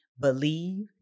believe